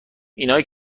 اینایی